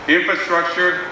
infrastructure